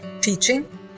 teaching